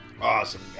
awesome